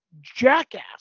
jackass